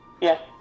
Yes